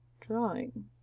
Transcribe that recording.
drawing